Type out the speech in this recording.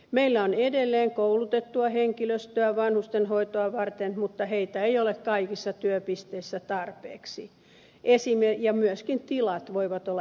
meillä on edelleen koulutettua henkilöstöä vanhustenhoitoa varten mutta heitä ei ole kaikissa työpisteissä tarpeeksi ja myöskin tilat voivat olla epäkäytännölliset